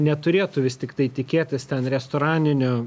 neturėtų vis tiktai tikėtis ten restoraninio